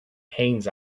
pains